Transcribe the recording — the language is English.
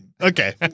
Okay